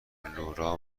لورا